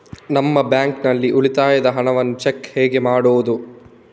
ನಮ್ಮ ಬ್ಯಾಂಕ್ ನಲ್ಲಿ ಉಳಿತಾಯದ ಹಣವನ್ನು ಚೆಕ್ ಹೇಗೆ ಮಾಡುವುದು?